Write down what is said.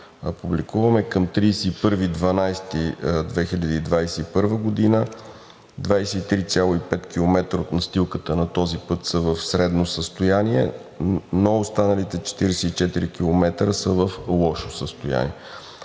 публикуваме, към 31 декември 2021 г. 23,5 км от настилката на този път са в средно състояние, но останалите 44 км са в лошо състояние,